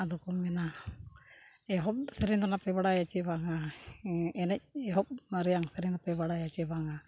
ᱟᱫᱚ ᱠᱚ ᱢᱮᱱᱟ ᱮᱦᱚᱵ ᱥᱮᱨᱮᱧ ᱫᱚ ᱱᱟᱦᱟᱜ ᱯᱮ ᱵᱟᱲᱟᱭᱟ ᱪᱮ ᱵᱟᱝᱟ ᱮᱱᱮᱡ ᱮᱦᱚᱵ ᱨᱮᱭᱟᱜ ᱥᱮᱨᱮᱧ ᱫᱚᱯᱮ ᱵᱟᱲᱟᱭᱟ ᱪᱮ ᱵᱟᱝᱼᱟ